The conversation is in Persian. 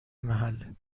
محل